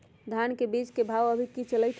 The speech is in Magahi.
धान के बीज के भाव अभी की चलतई हई?